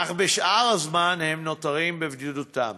אך בשאר הזמן הם נותרים בבדידותם.